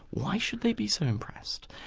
why should they be so impressed?